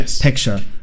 picture